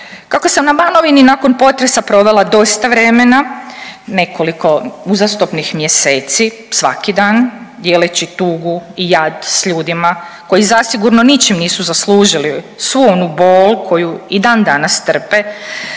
Kako sam na Banovini nakon potresa provela dosta vremena, nekoliko uzastopnih mjeseci svaki dan dijeleći tugu i jad s ljudima koji zasigurno ničim nisu zaslužili svu onu bol koju i dan danas trpe